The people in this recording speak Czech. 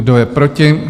Kdo je proti?